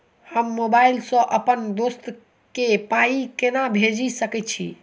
हम मोबाइल सअ अप्पन दोस्त केँ पाई केना भेजि सकैत छी?